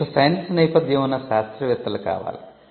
మీకు సైన్స్ నేపథ్యం ఉన్న శాస్త్రవేత్తలు కావాలి